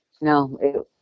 no